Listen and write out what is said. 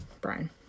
Brian